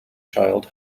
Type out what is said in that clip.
child